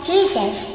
Jesus